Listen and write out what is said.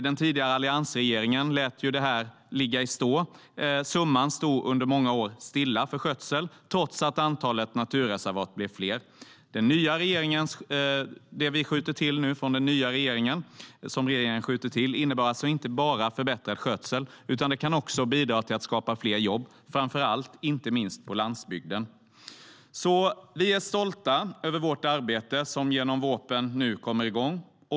Den tidigare alliansregeringen lät ju det här gå i stå. Summan för skötsel stod under många år stilla, trots att antalet naturreservat blev större. Det som den nya regeringen skjuter till innebär alltså inte bara förbättrad skötsel. Det kan också bidra till att skapa fler jobb, inte minst på landsbygden. Vi är stolta över vårt arbete, som genom vårpropositionen nu kommer igång.